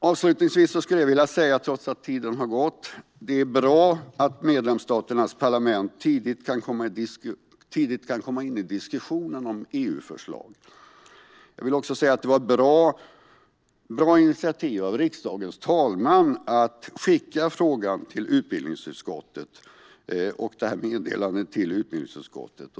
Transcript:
Avslutningsvis är det bra att medlemsstaternas parlament tidigt kan komma in i diskussionen om EU-förslag. Det var också ett bra initiativ av riksdagens talman att skicka meddelandet till utbildningsutskottet.